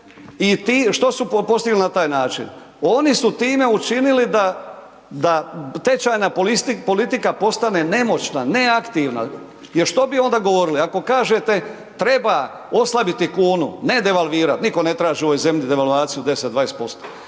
i što su postigli na taj način, oni su time učinili da tečajna politika postane nemoćna, neaktivna. Jer što bi onda govorili, ako kažete treba oslabiti kunu, ne devalvirati, nitko ne traži u ovoj zemlji devalvaciju 10, 20%,